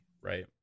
right